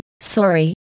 Sorry